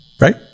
Right